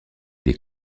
des